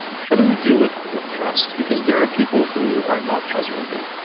how do we deal with with trust? because there are people who are not trustworthy.